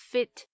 Fit